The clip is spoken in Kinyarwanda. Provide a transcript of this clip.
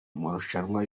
marushanwa